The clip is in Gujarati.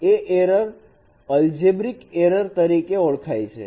એ એરર અલજેબ્રિક એરર તરીકે ઓળખાય છે